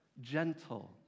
gentle